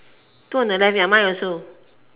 two on the left ya mine also